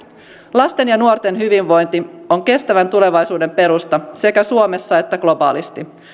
lasten ja nuorten hyvinvointi on kestävän tulevaisuuden perusta sekä suomessa että globaalisti